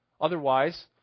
Otherwise